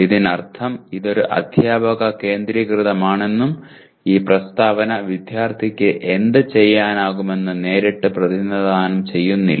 ഇതിനർത്ഥം ഇത് ഒരു അധ്യാപക കേന്ദ്രീകൃതമാണെന്നും ഈ പ്രസ്താവന വിദ്യാർത്ഥിക്ക് എന്ത് ചെയ്യാനാകുമെന്ന് നേരിട്ട് പ്രതിനിധാനം ചെയ്യുന്നില്ല